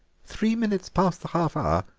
three minutes past the half-hour,